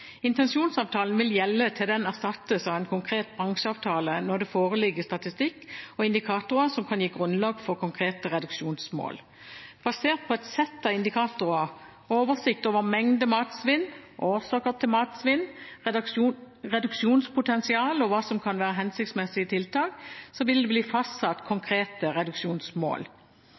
Intensjonsavtalen vil gjelde til den erstattes av en konkret bransjeavtale når det foreligger statistikk og indikatorer som kan gi grunnlag for konkrete reduksjonsmål. Basert på et sett av indikatorer, oversikt over mengde matsvinn, årsaker til matsvinn, reduksjonspotensial og hva som kan være hensiktsmessige tiltak, vil det bli fastsatt